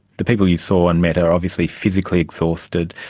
the people you saw and met are obviously physically exhausted.